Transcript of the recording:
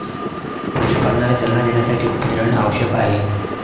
पशुपालनाला चालना देण्यासाठी प्रजनन आवश्यक आहे